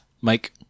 Mike